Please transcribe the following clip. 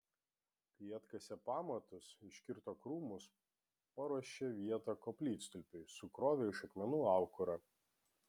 tai atkasė pamatus iškirto krūmus paruošė vietą koplytstulpiui sukrovė iš akmenų aukurą